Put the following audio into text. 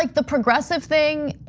like the progressive thing,